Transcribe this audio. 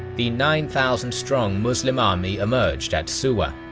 the nine thousand strong muslim army emerged at suwa.